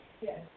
Yes